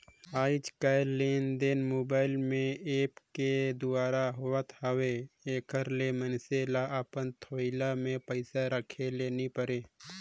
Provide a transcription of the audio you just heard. आएज काएललेनदेन मोबाईल में ऐप के दुवारा होत हवे एकर ले मइनसे ल अपन थोइला में पइसा राखे ले नी परे